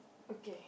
okay